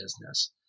business